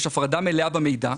יש הפרדה מלאה במידע.